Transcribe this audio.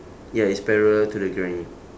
ya it's parallel to the granny